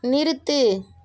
நிறுத்து